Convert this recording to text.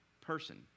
person